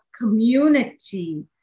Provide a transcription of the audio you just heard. community